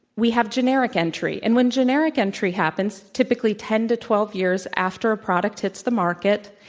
we have generic entry. and when generic entry happens, typically, ten to twelve years after a product hits the market,